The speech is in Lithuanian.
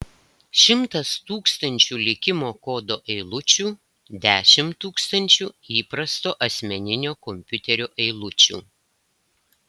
šimtas tūkstančių likimo kodo eilučių dešimt tūkstančių įprasto asmeninio kompiuterio eilučių